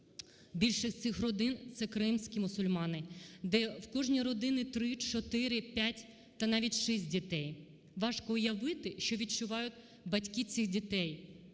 Більшість цих родин – це кримські мусульмани, де в кожної родини 3, 4, 5 та навіть 6 дітей. Важко уявити, що відчувають батьки цих дітей,